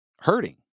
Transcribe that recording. hurting